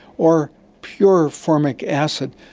or pure formic acid.